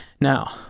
Now